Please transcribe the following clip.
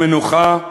המנוחה,